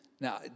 Now